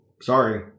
Sorry